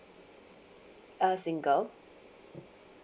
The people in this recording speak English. uh single